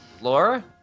Laura